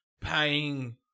paying